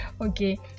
Okay